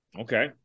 Okay